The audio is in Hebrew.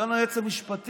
אדוני היועץ המשפטי,